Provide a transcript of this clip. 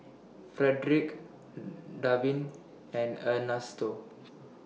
Fredric Darwyn and Ernesto